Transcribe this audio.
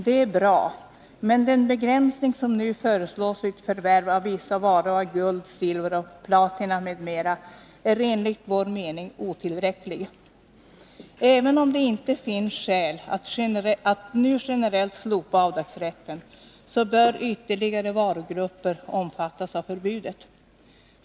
Det är bra, men den begränsning som nu föreslås vid förvärv av vissa varor av guld, silver, platina m.m. är enligt vår mening otillräcklig. Även om det inte finns skäl att nu generellt slopa avdragsrätten, bör ytterligare varugrupper omfattas av förbudet.